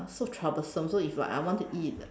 so troublesome so if like I want to eat